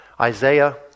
Isaiah